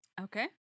Okay